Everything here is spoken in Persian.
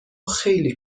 خیلی